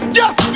yes